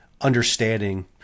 understanding